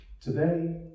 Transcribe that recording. today